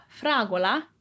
fragola